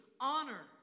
honor